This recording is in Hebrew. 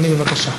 אדוני, בבקשה.